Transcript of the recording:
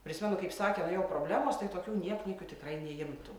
prisimenu kaip sakė na jau problemos tai tokių niekniekių tikrai neimtų